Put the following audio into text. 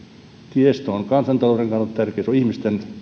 tiestö on kansantalouden kannalta tärkeä se on ihmisten